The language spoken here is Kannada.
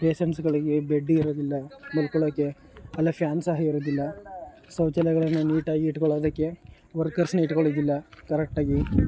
ಪೇಶಂಟ್ಸ್ಗಳಿಗೆ ಬೆಡ್ ಇರೋದಿಲ್ಲ ಮಲ್ಕೊಳ್ಳೋಕ್ಕೆ ಅಲ್ಲ ಫ್ಯಾನ್ ಸಹ ಇರುವುದಿಲ್ಲ ಶೌಚಾಲಯಗಳನ್ನ ನೀಟಾಗಿ ಇಟ್ಕೊಳ್ಳೋದಿಕ್ಕೆ ವರ್ಕರ್ಸ್ನ ಇಟ್ಕೊಳ್ಳೋದಿಲ್ಲ ಕರೆಕ್ಟಾಗಿ